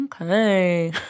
Okay